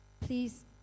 please